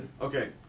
okay